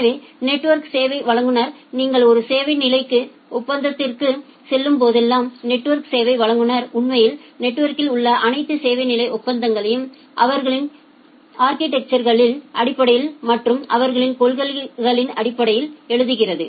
எனவே நெட்வொர்க் சேவை வழங்குநர் நீங்கள் ஒரு சேவை நிலை ஒப்பந்தத்திற்குச் செல்லும் போதெல்லாம் நெட்வொர்க் சேவை வழங்குநர் உண்மையில் நெட்வொர்க்கில் உள்ள அனைத்து சேவை நிலை ஒப்பந்தங்களையும் அவர்களின் அா்கிடெக்சா்களின் அடிப்படையில் மற்றும் அவர்களின் கொள்கைகள் அடிப்படையில் எழுதுகிறார்